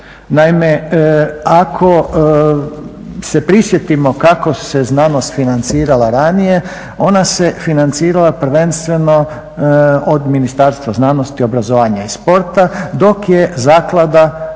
Naime, ako se prisjetimo kako se znanost financirala ranije ona se financirala prvenstveno od Ministarstva znanosti, obrazovanja i sporta dok je zaklada